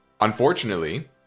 unfortunately